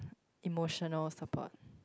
emotional support